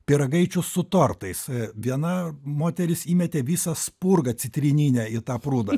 pyragaičių su tortais viena moteris įmetė visą spurgą citrininę į tą prūdą